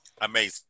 amazing